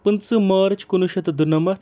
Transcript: پٕنٛژٕہ مارٕچ کُنوُہ شٮ۪تھ تہٕ دُنَمَتھ